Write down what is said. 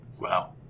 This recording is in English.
Wow